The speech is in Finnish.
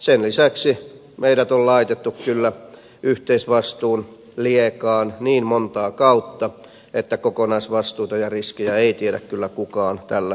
sen lisäksi meidät on laitettu kyllä yhteisvastuun liekaan niin montaa kautta että kokonaisvastuuta ja riskejä ei tiedä kyllä kukaan tällä hetkellä